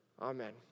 Amen